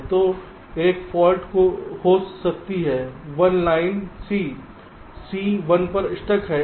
तो एक फाल्ट हो सकती है 1 लाइन C C 1 पर स्टक है